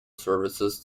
services